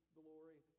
glory